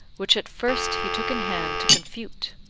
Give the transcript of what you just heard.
which at first he took in hand to confute.